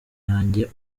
yanjye